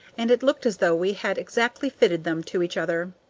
and it looked as though we had exactly fitted them to each other.